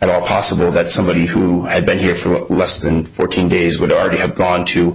at all possible that somebody who had been here for less than fourteen days would already have gone to